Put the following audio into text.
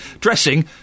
dressing